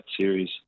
series